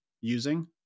using